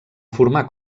formar